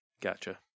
Gotcha